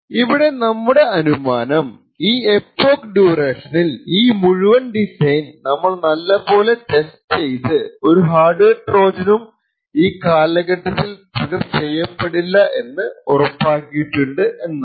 ഇവിടെ നമ്മുടെ അനുമാനം ഈ എപോക്ക് ഡ്യൂറേഷനിൽ ഈ മുഴുവൻ ഡിസൈൻ നമ്മൾ നല്ല പോലെ ടെസ്റ്റ് ചെയ്ത് ഒരു ഹാർഡ്വെയർ ട്രോജനും ഈ കാലഘട്ടത്തിൽ ട്രിഗർ ചെയ്യപ്പെടില്ല എന്നുറപ്പിക്കും എന്നാണ്